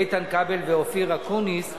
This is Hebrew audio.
איתן כבל ואופיר אקוניס.